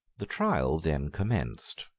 the trial then commenced,